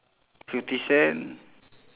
fifty cent